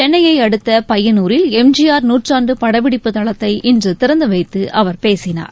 சென்னைய அடுத்த பையனூரில் எம்ஜிஆர் நூற்றாண்டு படப்பிடிப்புத் தளத்தை இன்று திறந்து வைத்து அவர் பேசினார்